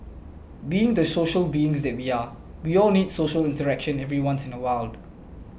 being the social beings that we are we all need social interaction every once in a while